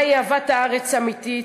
מהי אהבת הארץ אמיתית.